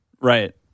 Right